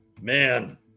man